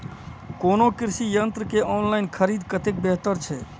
कोनो कृषि यंत्र के ऑनलाइन खरीद कतेक बेहतर छै?